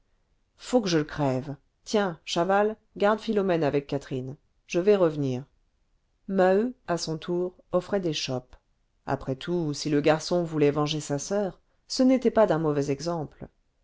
faut que je le crève tiens chaval garde philomène avec catherine je vais revenir maheu à son tour offrait des chopes après tout si le garçon voulait venger sa soeur ce n'était pas d'un mauvais exemple